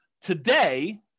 Today